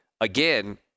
Again